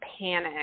panic